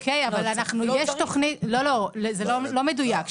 אוקיי, לא, לא, זה לא מדויק.